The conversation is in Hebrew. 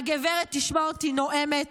הגברת תשמע אותי נואמת